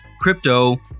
crypto